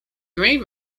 green